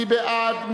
מי בעד?